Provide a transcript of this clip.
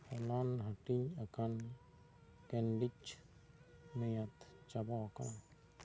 ᱦᱚᱞᱟᱱ ᱦᱟᱹᱴᱤᱧ ᱟᱠᱟᱱ ᱠᱮᱱᱰᱤᱡᱽ ᱢᱮᱭᱟᱫᱽ ᱪᱟᱵᱟᱣᱟᱠᱟᱱᱟ